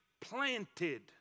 planted